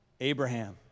Abraham